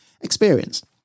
experience